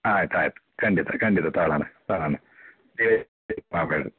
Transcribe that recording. ಆಯ್ತು ಆಯ್ತು ಖಂಡಿತ ಖಂಡಿತ ತಗಳಣ ತಗಳಣ ಮಾಡಬೇಡ್ರಿ